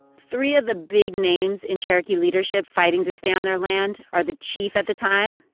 three of the big names in cherokee leadership fighting to stay on their land are the chief at the time,